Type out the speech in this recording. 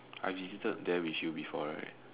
I visited there with you before right